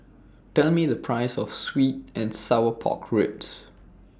Tell Me The Price of Sweet and Sour Pork Ribs